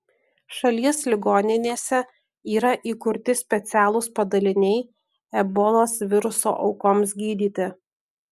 šalies ligoninėse yra įkurti specialūs padaliniai ebolos viruso aukoms gydyti